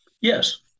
Yes